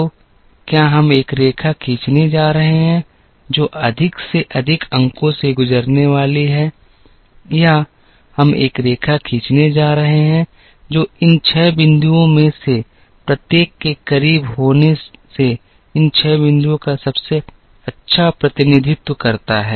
तो क्या हम एक रेखा खींचने जा रहे हैं जो अधिक से अधिक अंकों से गुजरने वाली है या हम एक रेखा खींचने जा रहे हैं जो इन 6 बिंदुओं में से प्रत्येक के करीब होने से इन 6 बिंदुओं का सबसे अच्छा प्रतिनिधित्व करता है